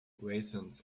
raisins